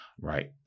Right